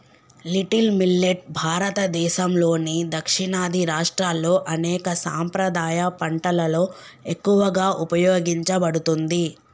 little millet భారతదేసంలోని దక్షిణాది రాష్ట్రాల్లో అనేక సాంప్రదాయ పంటలలో ఎక్కువగా ఉపయోగించబడుతుంది